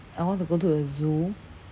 I want to go to the zoo